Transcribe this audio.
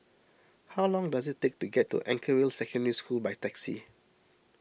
how long does it take to get to Anchorvale Secondary School by taxi